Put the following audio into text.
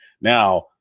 Now